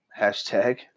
hashtag